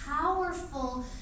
powerful